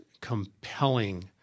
compelling